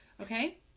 Okay